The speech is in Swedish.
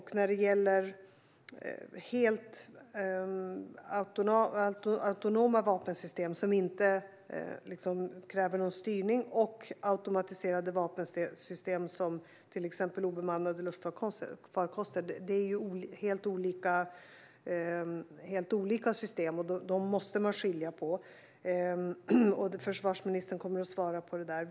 Helt autonoma vapensystem, som alltså inte kräver någon styrning, och automatiserade vapensystem som obemannade luftfarkoster är helt olika typer av system, och dem måste man skilja på. Försvarsministern kommer att svara på detta.